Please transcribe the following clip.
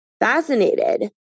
fascinated